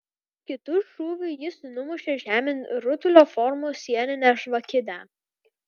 kitu šūviu jis numušė žemėn rutulio formos sieninę žvakidę